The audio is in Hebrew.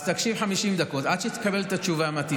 בקצרה, בבקשה, כי תם הזמן.